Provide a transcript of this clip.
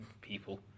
people